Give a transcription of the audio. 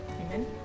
Amen